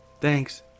Thanks